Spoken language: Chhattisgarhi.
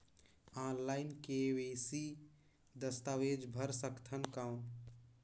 ऑनलाइन के.वाई.सी दस्तावेज भर सकथन कौन?